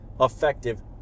effective